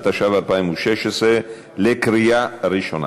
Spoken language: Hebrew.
התשע"ו 2016. קריאה ראשונה,